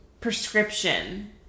prescription